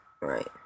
right